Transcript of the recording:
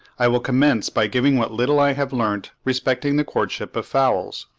i will commence by giving what little i have learnt respecting the courtship of fowls.